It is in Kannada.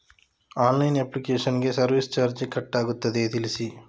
ಆನ್ಲೈನ್ ಅಪ್ಲಿಕೇಶನ್ ಗೆ ಸರ್ವಿಸ್ ಚಾರ್ಜ್ ಕಟ್ ಆಗುತ್ತದೆಯಾ ತಿಳಿಸಿ?